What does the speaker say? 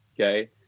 Okay